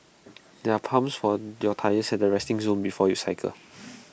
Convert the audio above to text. there are pumps for their tyres at the resting zone before you cycle